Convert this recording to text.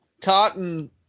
cotton